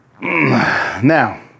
Now